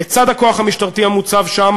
לצד הכוח המשטרתי המוצב שם,